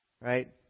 Right